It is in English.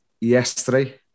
yesterday